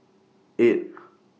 eight